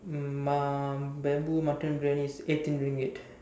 um uh bamboo mutton Briyani is eighteen Ringgit